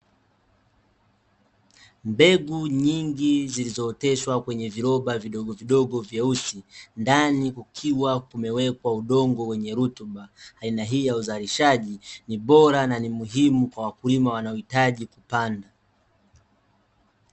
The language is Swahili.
Mbegu nyingi zilizooteshwa kwenye viroba vidogovidogo vyeusi, ndani kukiwa kumewekwa udongo wenye rutuba. Aina hii ya uzalishaji ni bora na muhimu kwa wakulima wanaohitaji kupanda.